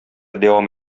дәвам